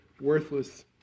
worthless